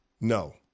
no